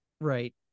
Right